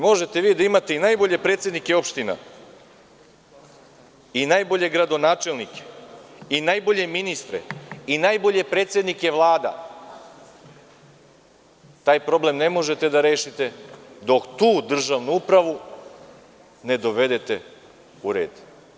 Možete vi da imate i najbolje predsedenike opština i najbolje gradonačelnike i najbolje ministre i najbolje predsednike vlada, taj problem ne možete da rešite dok tu državnu upravu ne dovedete u red.